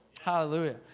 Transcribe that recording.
Hallelujah